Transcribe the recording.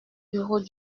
bureau